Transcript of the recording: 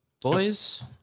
Boys